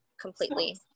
completely